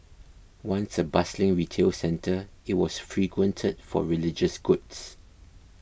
once a bustling retail centre it was frequented for religious goods